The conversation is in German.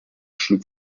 schlug